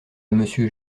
monsieur